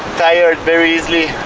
tired very easily